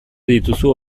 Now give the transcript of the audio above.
dituzu